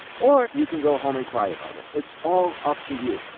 or, you can go home and cry about it. it's all up to you.